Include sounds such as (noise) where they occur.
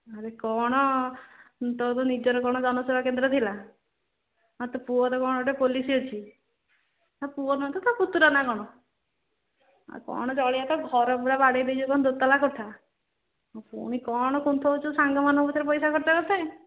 ଆରେ କ'ଣ ତୋର ତ ନିଜର କ'ଣ ଜନସେବା କେନ୍ଦ୍ର ଥିଲା ତୋ ପୁଅର କ'ଣ ଗୋଟେ ପୋଲିସ ଅଛି ପୁଅ ନୁହନ୍ତ ପୁତୁରା ନା କ'ଣ ଆଉ କ'ଣ (unintelligible) ତ ଘର ପୁରା ବାଡ଼େଇ ଦେଇଛୁ କ'ଣ ଦୋତାଲା କୋଠା ପୁଣି କ'ଣ କୁନ୍ଥଉଛୁ ସାଙ୍ଗମାନଙ୍କ ଭିତରେ ପଇସା ଖର୍ଚ୍ଚ କରିବାକୁ